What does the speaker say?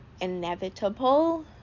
inevitable